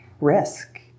risk